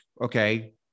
okay